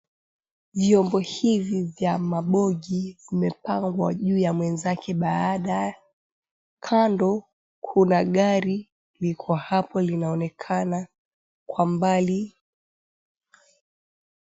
Vyombo hivi vya mabogi vimepangwa juu ya mwenzake baada, kando kuna gari liko hapo linaonekana kwa mbali.